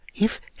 If